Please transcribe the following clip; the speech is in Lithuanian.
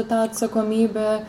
ta atsakomybe